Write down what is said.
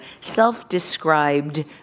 self-described